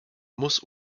muss